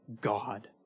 God